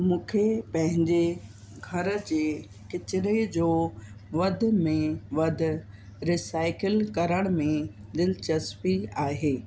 मुखे पंहिंजे घर जे किचरे जो वधि में वधि रिसाइकल करण में दिलचस्पी आहे